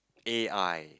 A_I